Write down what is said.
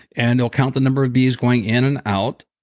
and it'll count the number of bees going in and out.